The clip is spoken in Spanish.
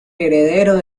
heredero